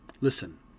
Listen